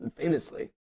Famously